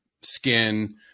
skin